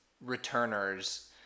returners